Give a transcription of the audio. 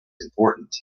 important